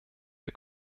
der